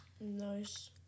Nice